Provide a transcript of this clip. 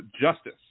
justice